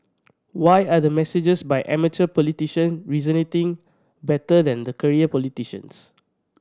why are the messages by amateur politician resonating better than the career politicians